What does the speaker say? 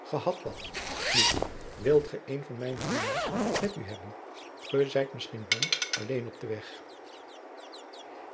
ge hadt wat nu wilt ge een van mijne dienaars met u hebben ge zijt misschien bang alleen op den weg